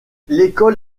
l’école